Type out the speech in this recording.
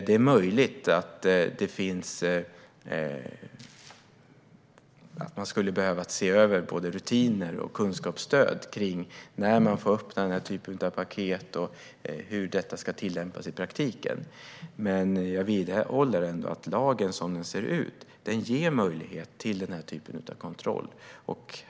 Det är möjligt att man skulle behöva se över både rutiner och kunskapsstöd när det gäller när man får öppna paket och hur detta ska tillämpas i praktiken. Men jag vidhåller ändå att lagen som den ser ut ger möjlighet till denna typ av kontroller.